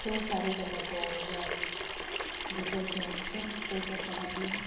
खंय सा रे ग म प जावं little champs तें पळयतना बीन